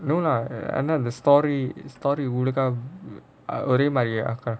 no lah and the story story உள்ளுக ஒரே மாரி:ulluka orae maari